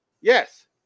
Yes